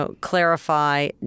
clarify